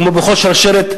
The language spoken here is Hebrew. כמו בכל שרשרת,